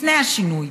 לפני השינוי: